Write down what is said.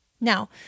Now